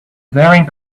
wearing